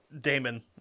damon